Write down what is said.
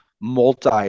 multi